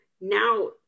now